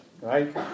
right